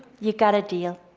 you got a deal.